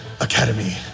academy